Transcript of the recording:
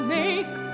make